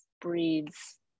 breeds